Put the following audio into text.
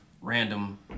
random